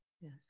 Yes